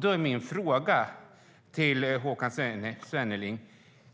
Då är min fråga till Håkan Svenneling: